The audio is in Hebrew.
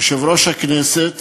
יושב-ראש הכנסת